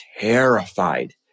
terrified